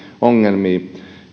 ongelmia